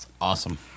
Awesome